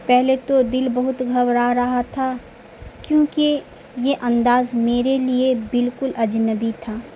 پہلے تو دل بہت گھبرا رہا تھا کیونکہ یہ انداز میرے لیے بالکل اجنبی تھا